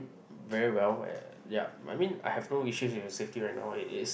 very well uh yup I mean I have no issue with the safety right now it is